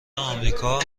آمریکا